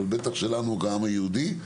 אבל בטח שלנו כעם היהודי,